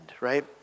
right